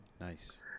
Nice